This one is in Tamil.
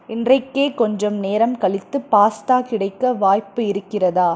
இன்றைக்கே கொஞ்சம் நேரம் கழித்து பாஸ்தா கிடைக்க வாய்ப்பு இருக்கிறதா